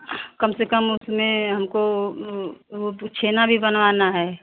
कम से कम उसमें हमको वो छेना भी बनवाना है